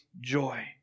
joy